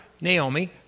Naomi